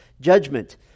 judgment